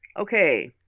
Okay